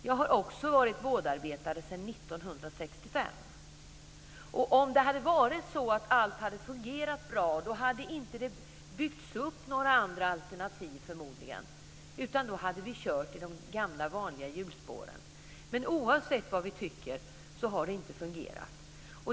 Jag har också varit vårdarbetare sedan 1965. Om allt hade fungerat bra hade det förmodligen inte byggts upp några andra alternativ, utan då hade vi kört i de gamla vanliga hjulspåren. Men oavsett vad vi tycker har det inte fungerat.